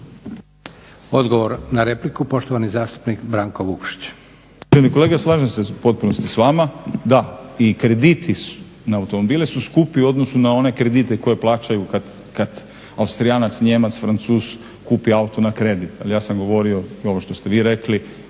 Branko (Hrvatski laburisti - Stranka rada)** Uvaženi kolega slažem se u potpunosti s vama. Da, i krediti na automobile su skupi u odnosu na one kredite koje plaćaju kad Austrijanac, Nijemac, Francuz kupi auto na kredit. Ali ja sam govorio i ovo što ste vi rekli